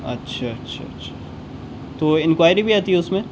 اچھا اچھا اچھا تو انکوائری بھی آتی ہے اس میں